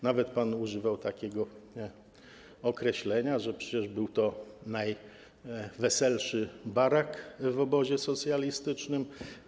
Nawet pan używał takiego określenia, mówił, że przecież był to najweselszy barak w obozie socjalistycznym.